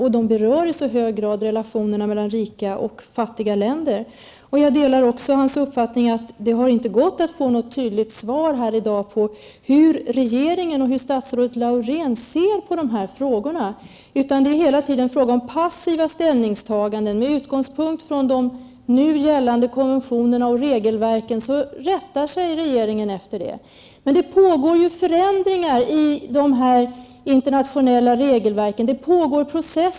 Frågorna berör också i hög grad relationerna mellan rika och fattiga länder. Jag delar också Lennart Daléus uppfattning att det inte har gått att få något tydligt svar här i dag på hur regeringen och statsrådet Laurén ser på frågorna. Hela tiden rör det sig om passiva ställningstaganden med utgångspunkt i de nu gällande konventionerna och regelverken. Regeringen rättar sig efter detta. Det pågår ju förändringar i de internationella regelverken.